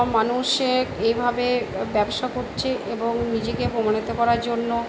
মানুষে এভাবে ব্যবসা করছে এবং নিজেকে প্রমাণিত করার জন্য